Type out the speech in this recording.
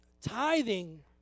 tithing